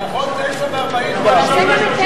אתה יכול 39 ו-40 גם.